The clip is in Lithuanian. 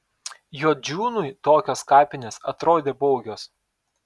juodžiūnui tokios kapinės atrodė baugios